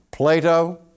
Plato